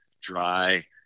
dry